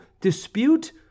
DISPUTE